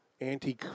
anti